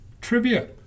Trivia